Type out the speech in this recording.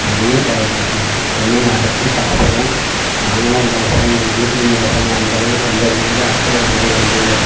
நிறைய காய் கிடச்சிக்குது தென்னங்காய் அறுத்து சாப்பிட்றோம் நாங்களும் சாப்பிட்றோம் எங்கள் வீட்லேயும் சாப்பிட்றாங்க அந்தளவுக்கு சந்தோஷமாக்குது அக்கத்தில் பக்கத்தில் ஒரு வீடு